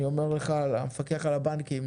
אני אומר לך המפקח על הבנקים,